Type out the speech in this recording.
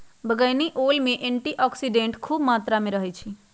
बइगनी ओल में एंटीऑक्सीडेंट्स ख़ुब मत्रा में रहै छइ